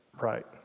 right